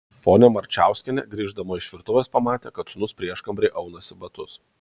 ponia marčiauskienė grįždama iš virtuvės pamatė kad sūnus prieškambaryje aunasi batus